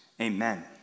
Amen